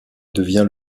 devient